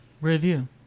review